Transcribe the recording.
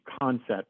concept